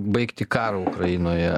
baigti karą ukrainoje